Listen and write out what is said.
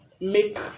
make